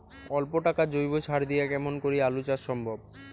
অল্প টাকার জৈব সার দিয়া কেমন করি আলু চাষ সম্ভব?